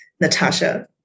Natasha